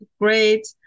great